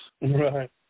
Right